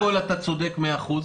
קודם כול, אתה צודק במאה אחוז.